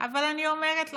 אבל אני אומרת לכם,